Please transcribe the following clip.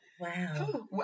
Wow